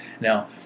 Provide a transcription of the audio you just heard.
Now